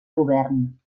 govern